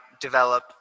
develop